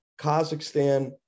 Kazakhstan